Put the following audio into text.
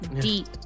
Deep